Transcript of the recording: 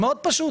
מאוד פשוט.